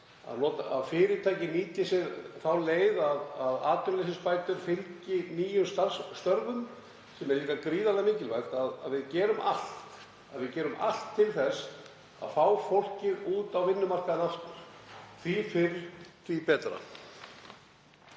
að fyrirtæki nýti sér þá leið að atvinnuleysisbætur fylgi nýjum störfum. Það er gríðarlega mikilvægt að við gerum allt til þess að fá fólk út á vinnumarkaðinn aftur. Því fyrr því betra.